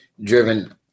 driven